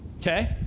okay